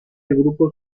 grupo